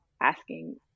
asking